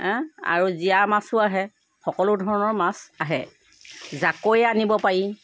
আৰু জীয়া মাছো আহে সকলো ধৰণৰ মাছ আহে জাকৈ আনিব পাৰি